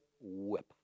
whip